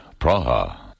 Praha